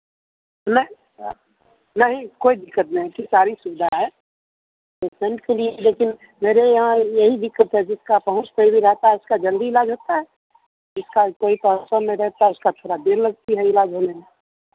नहीं नहीं कोई दिक्कत नहीं सारी सुविधा है भी लेकिन मेरे यहाँ यही दिक्कत है जिसका पहुँच पैरवी रहता है उसका जल्दी इलाज होता है जिसका कोई में रहता है उसका थोड़ी देर लगती है इलाज होने में